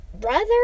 Brother